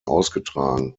ausgetragen